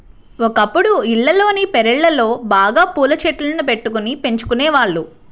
ఒకప్పుడు ఇళ్లల్లోని పెరళ్ళలో బాగా పూల చెట్లను బెట్టుకొని పెంచుకునేవాళ్ళు